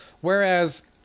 whereas